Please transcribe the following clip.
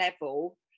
level